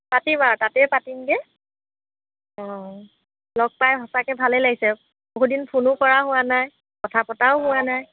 পাতিম আৰু তাতে পাতিমগৈ অঁ লগ পাই সঁচাকৈ ভালেই লাগিছে বহু দিন ফোনো কৰা হোৱা নাই কথা পতাও হোৱা নাই